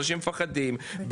אנשים מפחדים,